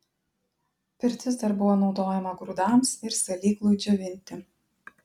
pirtis dar buvo naudojama grūdams ir salyklui džiovinti